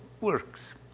works